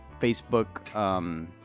Facebook